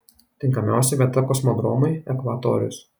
tinkamiausia vieta kosmodromui ekvatorius